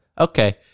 Okay